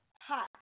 hot